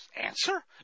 Answer